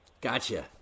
Gotcha